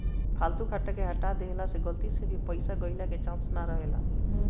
फालतू खाता के हटा देहला से गलती से भी पईसा गईला के चांस ना रहेला